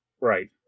right